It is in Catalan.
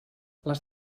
les